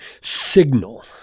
signal